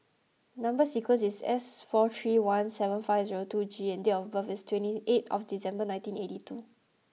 number sequence is S four three one seven five zero two G and date of birth is twenty eight of December nineteen eighty two